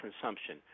consumption